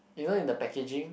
you know in the packaging